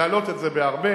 להעלות את זה בהרבה.